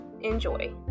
enjoy